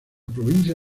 provincia